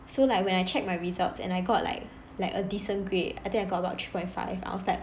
so like when I checked my results and I got like like a decent grade I think I got about three point five I was like